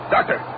Doctor